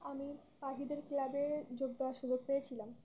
আমি পাখিদের ক্লাবে যোগ দেওয়ার সুযোগ পেয়েছিলাম